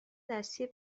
دستی